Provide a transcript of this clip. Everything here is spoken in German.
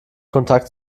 kontakt